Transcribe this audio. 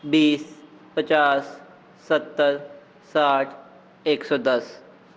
ਬੀਸ ਪਚਾਸ ਸੱਤਰ ਸੱਠ ਇੱਕ ਸੌ ਦਸ